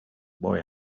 boy